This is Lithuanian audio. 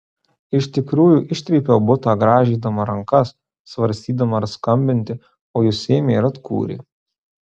iš tikrųjų ištrypiau butą grąžydama rankas svarstydama ar skambinti o jis ėmė ir atkūrė